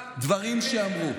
דברים שאמרו.